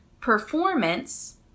performance